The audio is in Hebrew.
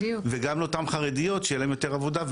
וגם לאותן חרדיות שיהיה להן יותר עבודה,